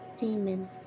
Demon